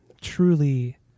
truly